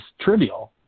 trivial